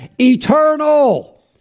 eternal